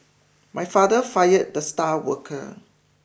my father fired the star worker